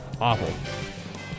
awful